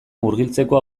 murgiltzeko